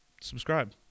subscribe